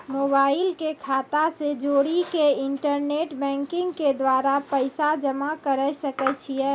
Mobile के खाता से जोड़ी के इंटरनेट बैंकिंग के द्वारा पैसा जमा करे सकय छियै?